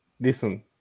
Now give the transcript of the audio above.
listen